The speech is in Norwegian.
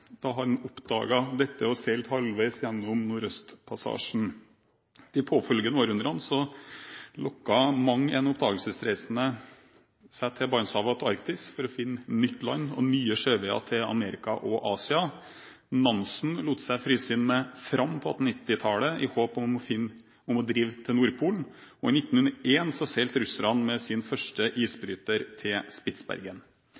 da han oppdaget dette og seilte halvveis gjennom Nordøstpassasjen. De påfølgende århundrene bega mang en oppdagelsesreisende seg til Barentshavet og Arktis for å finne nytt land og nye sjøveier til Amerika og Asia. Nansen lot seg fryse inne med «Fram» på 1890-tallet, i håp om å drive til Nordpolen. Og i 1901 seilte russerne med sin første